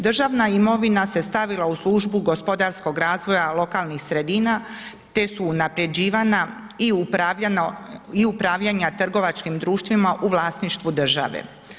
Državna imovina se stavila u službu gospodarskog razvoja lokalnih sredina te su unaprjeđivana i upravljanja trgovačkim društvima u vlasništvu države.